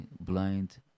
blind